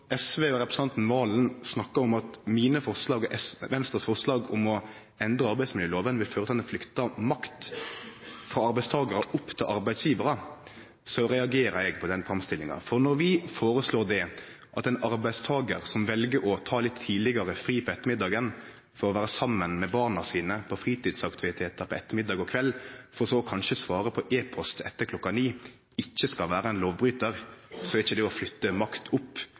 SV og representanten Serigstad Valen snakkar om at Venstres forslag om å endre arbeidsmiljøloven vil føre til at ein flytter makt frå arbeidstakarane og opp til arbeidsgivarane, reagerer eg på den framstillinga. Når vi foreslår at ein arbeidstakar som vel å ta litt tidlegare fri på ettermiddagen for å vere saman med barna sine på fritidsaktivitetar på ettermiddag og kveld, for så kanskje å svare på e-post etter klokka ni, ikkje skal vere ein lovbrytar, er ikkje det å flytte makt opp,